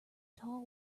tall